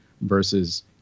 versus